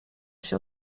się